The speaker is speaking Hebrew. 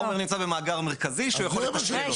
החומר נמצא במאגר מרכזי שהוא יכול לתשאל אותו.